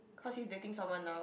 cause he's dating someone now